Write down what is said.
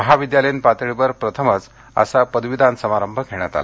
महाविद्यालयीन पातळीवर प्रथमच असा पदवीदान समारंभ झाला